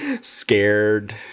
scared